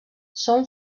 són